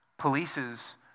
polices